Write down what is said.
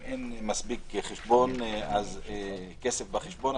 אם אין מספיק כסף בחשבון,